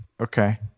Okay